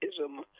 ism